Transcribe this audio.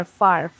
far